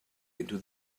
into